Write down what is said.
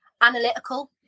analytical